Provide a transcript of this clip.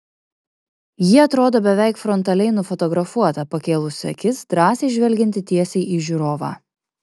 ji atrodo beveik frontaliai nufotografuota pakėlusi akis drąsiai žvelgianti tiesiai į žiūrovą